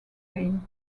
pain